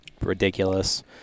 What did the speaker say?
ridiculous